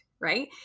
right